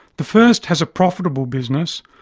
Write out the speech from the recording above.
the first has a profitable business,